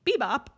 bebop